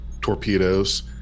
torpedoes